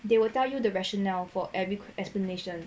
they will tell you the rationale for every explanation